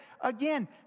Again